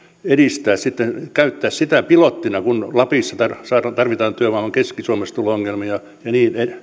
edistää sitten käyttää sitä pilottina kun lapissa tarvitaan työvoimaa keski suomessa tulee ongelmia